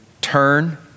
turn